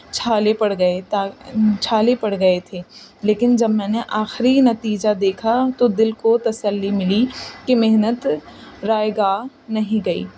چھالے پڑ گئے تا چھالے پڑ گئے تھے لیکن جب میں نے آخری نتیجہ دیکھا تو دل کو تسلی ملی کہ محنت رائگاں نہیں گئی